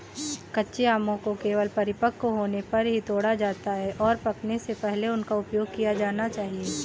कच्चे आमों को केवल परिपक्व होने पर ही तोड़ा जाता है, और पकने से पहले उनका उपयोग किया जाना चाहिए